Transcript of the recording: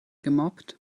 gemobbt